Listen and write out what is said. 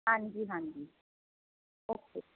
ਹਾਂਜੀ ਹਾਂਜੀ ਓਕੇ